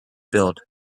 build